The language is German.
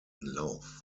lauf